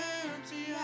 empty